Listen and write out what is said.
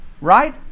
Right